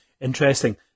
Interesting